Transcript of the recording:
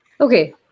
Okay